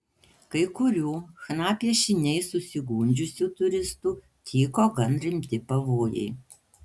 kai kurių chna piešiniais susigundžiusių turistų tyko gan rimti pavojai